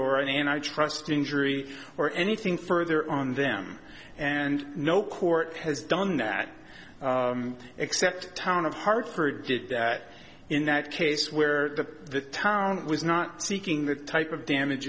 any and i trust injury or anything further on them and no court has done that except town of hartford did that in that case where the town was not seeking the type of damage